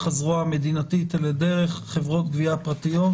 הזרוע המדינתית אלא עובדות דרך חברות גביה פרטיות,